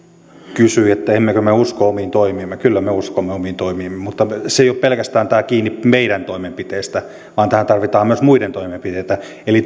kysyi emmekö me usko omiin toimiimme kyllä me uskomme omiin toimiimme mutta tämä ei ole pelkästään kiinni meidän toimenpiteistämme vaan tähän tarvitaan myös muiden toimenpiteitä eli